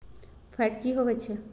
Fat की होवछै?